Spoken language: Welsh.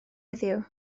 heddiw